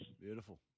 Beautiful